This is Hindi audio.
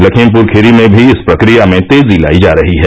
लखीमपुर खीरी में भी इस प्रक्रिया में तेजी लाई जा रही है